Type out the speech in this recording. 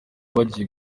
bagiye